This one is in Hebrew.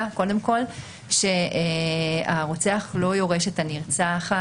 קודם כול שהרוצח לא יורש את הנרצחת.